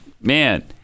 man